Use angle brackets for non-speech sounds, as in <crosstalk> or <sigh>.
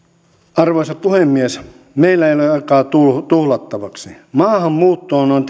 arvoisa puhemies meillä ei ole aikaa tuhlattavaksi maahanmuuttoon on <unintelligible>